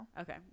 Okay